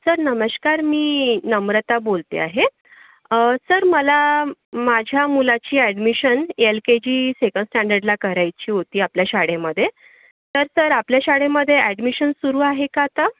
sir नमस्कार मी नम्रता बोलते आहे सर मला माझ्या मुलाची admission L K G second स्टँडर्डला करायची होती आपल्या शाळेमध्ये तर सर आपल्या शाळेमध्ये ॲडमिशन सुरू आहे का आता